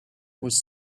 was